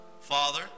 Father